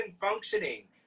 functioning